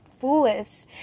foolish